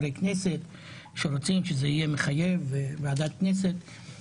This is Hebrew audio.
מחברי הכנסת שהמלצות הוועדה תחייבנה את ועדת הכנסת.